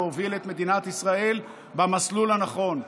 להוביל את מדינת ישראל במסלול הנכון,